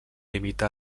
limita